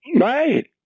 Right